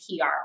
PR